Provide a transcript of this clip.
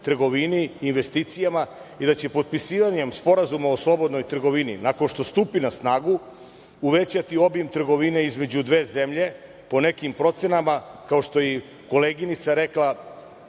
investicijama i da će potpisivanjem Sporazuma o slobodnoj trgovini, nakon što stupi na snagu, uvećati obim trgovine između dve zemlje, po nekim procenama kao što je i koleginica rekla,